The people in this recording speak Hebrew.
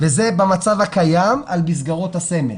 וזה במצב הקיים על מסגרות הסמל.